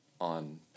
on